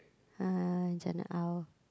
uh Jeanatte-Aw